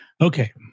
Okay